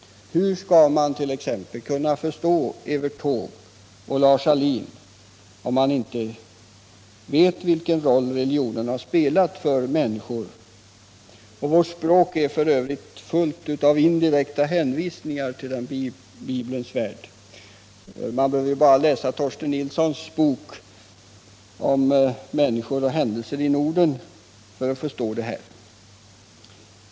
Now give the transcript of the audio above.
Hur skall man t.ex. kunna förstå Evert Taube och Lars Ahlin om man inte vet vilken roll religionen har spelat för människor? Vårt språk är f. ö. fullt av indirekta hänvisningar till Bibelns värld. Man behöver bara läsa Torsten Nilssons bok Människor och händelser i Norden för att inse detta.